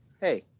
hey